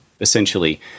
essentially